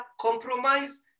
compromise